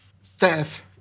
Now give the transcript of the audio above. theft